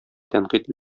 тәнкыйть